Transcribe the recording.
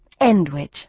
Endwich